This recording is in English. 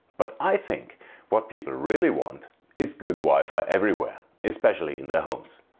but i think what people really want is good wi-fi everywhere, especially in their homes.